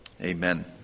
Amen